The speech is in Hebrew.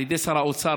על ידי שר האוצר,